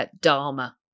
Dharma